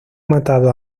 matado